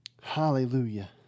Hallelujah